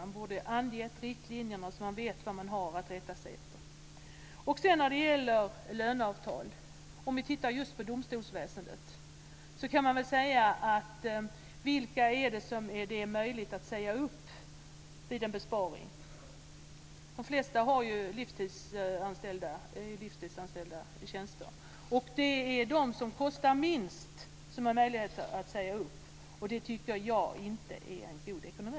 Man borde ha angivit riktlinjerna så att vi vet vad vi har att rätta oss efter. Så till det här med löneavtal. Tittar man på just domstolsväsendet kan man fråga sig: Vilka är det man har möjlighet att säga upp vid en besparing? De flesta har ju livstidsanställningar. Det är de som kostar minst som man har möjlighet att säga upp. Det tycker jag inte är någon god ekonomi.